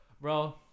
bro